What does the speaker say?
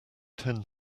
ten